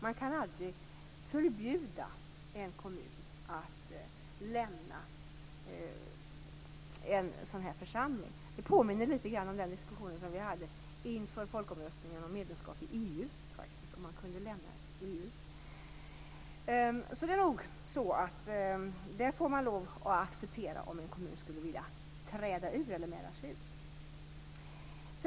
Man kan aldrig förbjuda en kommun att lämna en sådan här församling. Det påminner litet om den diskussion vi hade inför folkomröstningen om medlemskap i EU, om man kunde lämna EU. Man får nog acceptera om en kommun vill träda ur.